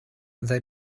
they